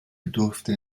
bedurfte